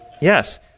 Yes